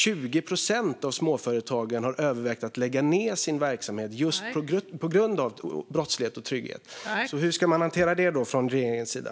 20 procent av småföretagarna har övervägt att lägga ned sin verksamhet just på grund av brottslighet och otrygghet. Hur ska man hantera det från regeringens sida?